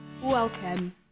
Welcome